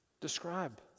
describe